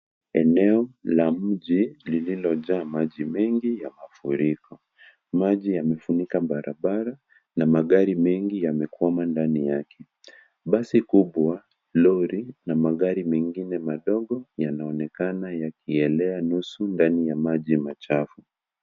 Eneo la mji, lililojaa maji mengi ya mafuriko. Maji yamefunika barabara na magari mengi yamekwama ndani yake. Basi kubwa, lori na magari mengine madogo, yanaonekana yakielea nusu, ndani ya maji machafu.